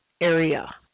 area